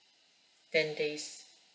ten days